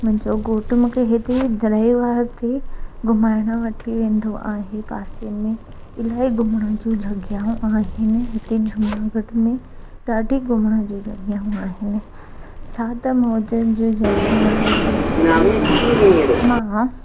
मुंहिंजो घोटु मूंखे हिते दराईवार ते घुमाइण वठी वेंदो आहे पासे में इलाही घुमण जी जॻहियूं आहिनि हिते जूनागढ़ में ॾाढी घुमण जी जॻहियूं आहिनि छा त मौज जूं जूनागढ़ जूं सिटी आहे मां